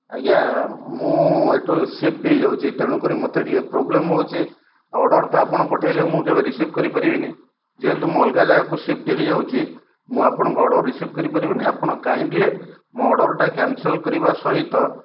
ଆଜ୍ଞା ମୁଁ ଏଠୁ ସିଫ୍ଟ୍ ହୋଇଯାଉଛି ତେଣୁକରି ମୋତେ ଟିକିଏ ପ୍ରୋବ୍ଲେମ୍ ହେଉଛି ଅର୍ଡ଼ର୍ ତ ଆପଣ ପଠାଇଲେ ମୁଁ କେବେ ରିସିଭ୍ କରିପାରିବିନି ଯେହେତୁ ମୁଁ ଅଲଗା ଜାଗାକୁ ସିଫ୍ଟ୍ ହୋଇଯାଉଛି ମୁଁ ଆପଣଙ୍କ ଅର୍ଡ଼ର୍ ରିସିଭ୍ କରିପାରିବିନି ଆପଣ କାଇଣ୍ଡ୍ଲି ମୋ ଅର୍ଡ଼ର୍ଟା କ୍ୟାନ୍ସେଲ୍ କରିବା ସହିତ